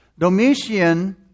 Domitian